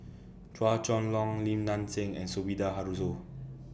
Chua Chong Long Lim Nang Seng and Sumida Haruzo